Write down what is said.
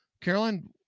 Caroline